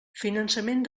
finançament